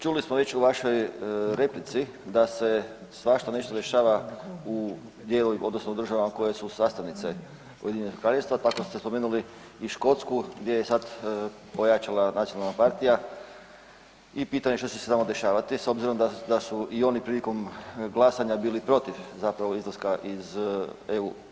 Čuli smo već u vašoj replici da se svašta nešto dešava u dijelu odnosno državama koje su sastavnice Ujedinjenog Kraljevstva tako ste spomenuli i Škotsku gdje je sad ojačala nacionalna partija i pitanje što će se tamo dešavati s obzirom da su i oni prilikom glasanja bili protiv izlaska iz EU.